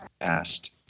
asked